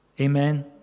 Amen